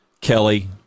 Kelly